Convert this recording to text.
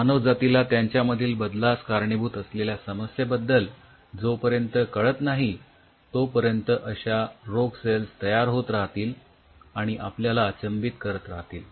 मानवजातीला त्यांच्यामधील बदलास कारणीभूत असलेल्या समस्येबद्दल जोपर्यंत कळत नाही तोपर्यंत अश्या रोग सेल्स तयार होत राहतील आणि आपल्याला अचंबित करतील